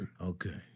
Okay